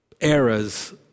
eras